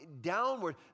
downward